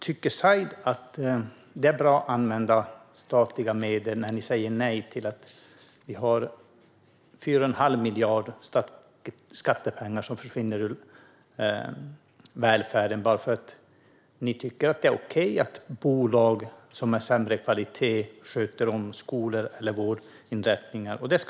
Tycker Said att det är bra använda medel när 4 1⁄2 miljard i skattepengar försvinner ur välfärden för att ni tycker att det är okej att bolag med sämre kvalitet sköter om skolor och vårdinrättningar?